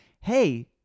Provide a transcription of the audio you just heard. hey